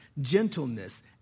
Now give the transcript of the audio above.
gentleness